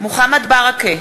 מוחמד ברכה,